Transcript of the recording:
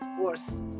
worse